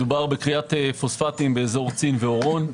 מדובר בכריית פוספטים באזור צין ואורון,